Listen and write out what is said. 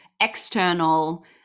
external